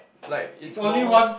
like it's normal